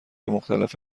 مختلف